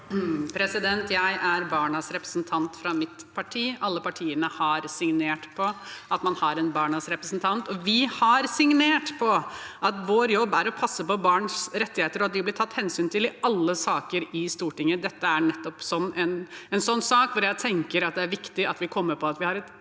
Jeg er barnas repre- sentant fra mitt parti. Alle partiene har signert på at man har en barnas representant, og vi har signert på at vår jobb er å passe på barns rettigheter, og at de blir tatt hensyn til i alle saker i Stortinget. Dette er nettopp en slik sak, hvor jeg tenker at det er viktig at vi kommer på at vi har et